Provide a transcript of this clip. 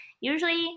Usually